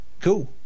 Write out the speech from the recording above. Cool